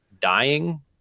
dying